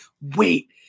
wait